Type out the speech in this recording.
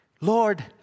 Lord